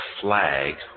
flag